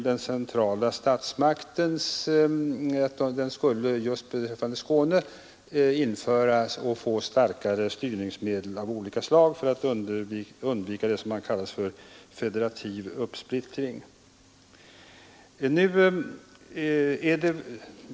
Den centrala statsmakten skulle då just beträffande Skåne föras in i bilden och få starkare styrningsmedel av olika slag för att man skulle undvika vad som har kallats för federativ uppsplittring.